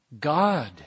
God